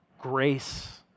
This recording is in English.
grace